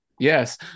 Yes